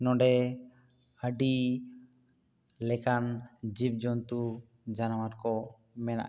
ᱱᱚᱰᱮ ᱟᱹᱰᱤ ᱞᱮᱠᱟᱱ ᱡᱤᱵ ᱡᱚᱱᱛᱩ ᱡᱟᱱᱣᱟᱨ ᱠᱚ ᱢᱮᱱᱟᱜ ᱠᱟᱜ ᱠᱚᱣᱟ